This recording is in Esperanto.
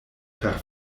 per